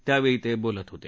त्यावेळी ते बोलत होते